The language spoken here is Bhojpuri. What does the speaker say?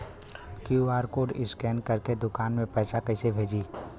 क्यू.आर कोड स्कैन करके दुकान में पैसा कइसे भेजी?